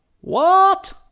What